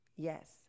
Yes